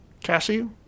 Cassie